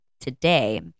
today